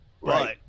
Right